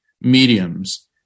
mediums